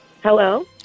Hello